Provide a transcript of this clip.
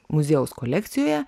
muziejaus kolekcijoje